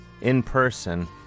in-person